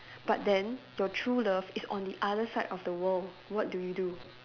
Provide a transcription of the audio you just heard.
but then your true love is on the other side of the world what do you do